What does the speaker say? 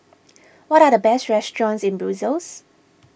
what are the best restaurants in Brussels